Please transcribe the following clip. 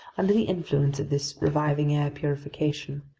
under the influence of this reviving air purification.